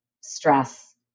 stress